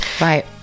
right